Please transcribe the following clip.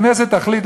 הכנסת תחליט,